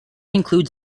includes